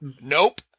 Nope